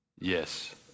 Yes